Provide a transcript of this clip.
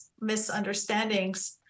misunderstandings